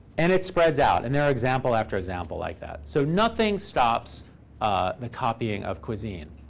and it spreads out. and there are example after example like that. so nothing stops the copying of cuisine.